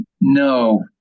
No